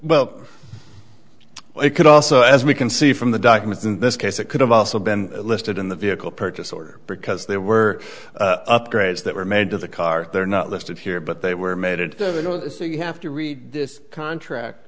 well it could also as we can see from the documents in this case it could have also been listed in the vehicle purchase order because they were upgrades that were made to the car they're not listed here but they were made into the know it so you have to read this contract